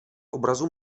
obrazu